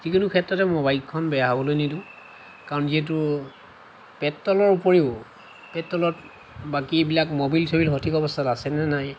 যিকোনো ক্ষেত্ৰতে মোৰ বাইকখন বেয়া হ'বলে নিদিওঁ কাৰণ যিহেতু পেট্ৰ'লৰ উপৰিও পেট্ৰ'লত বাকীবিলাক ম'বিল চবিল সঠিক অৱস্থাত আছেনে নাই